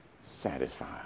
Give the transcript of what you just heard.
satisfied